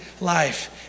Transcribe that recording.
life